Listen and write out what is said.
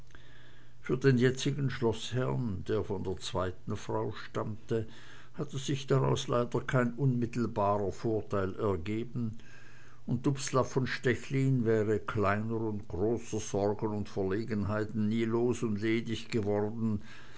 für den jetzigen schloßherrn der von der zweiten frau stammte hatte sich daraus leider kein unmittelbarer vorteil ergeben und dubslav von stechlin wäre kleiner und großer sorgen und verlegenheiten nie los und ledig geworden